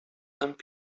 amb